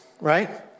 right